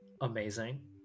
Amazing